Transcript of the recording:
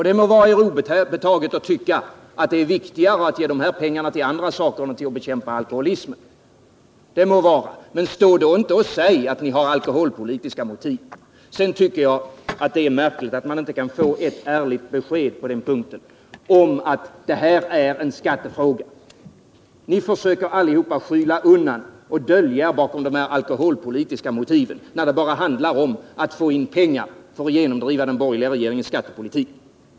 Det må vara er obetaget att anse att det är viktigare att använda dessa pengar till att bekämpa alkoholism, men stå då inte och säg att ni har alkoholpolitiska motiv. Jag tycker att det är märkligt att vi inte kan få ett ärligt besked när det gäller huruvida detta är en skattefråga. Alla försöker dölja bakom alkoholpolitiska motiv att det endast handlar om att få in pengar för att genomföra den borgerliga regeringens skattepolitik.